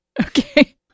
Okay